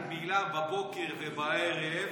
מילה בבוקר ובערב.